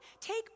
Take